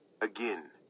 Again